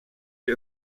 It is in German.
wir